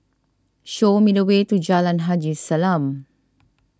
show me the way to Jalan Haji Salam